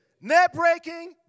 Net-breaking